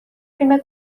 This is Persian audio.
فیلم